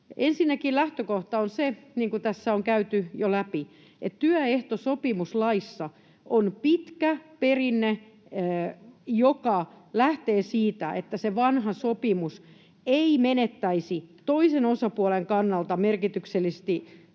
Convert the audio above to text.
Ensinnäkin lähtökohta on se, niin kuin tässä on käyty jo läpi, että työehtosopimuslaissa on pitkä perinne, joka lähtee siitä, että se vanha sopimus ei menettäisi toisen osapuolen kannalta merkitystä